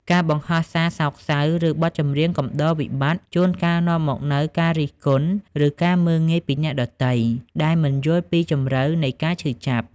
ការបង្ហោះសារសោកសៅ ឬបទចម្រៀងកំដរវិបត្តិ ជួនកាលនាំមកនូវការរិះគន់ ឬការមើលងាយពីអ្នកដទៃ ដែលមិនយល់ពីជម្រៅនៃការឈឺចាប់។